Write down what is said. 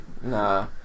nah